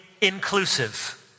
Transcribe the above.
inclusive